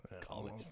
college